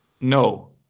No